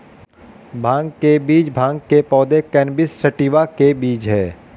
भांग के बीज भांग के पौधे, कैनबिस सैटिवा के बीज हैं